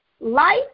life